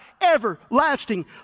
everlasting